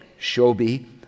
Shobi